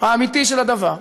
האמיתי של הדבר.